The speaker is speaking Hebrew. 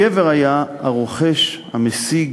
הגבר היה 'הרוכש', 'המשיג',